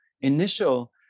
initial